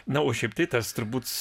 na o šiaip tai tas turbūt